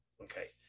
okay